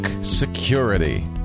security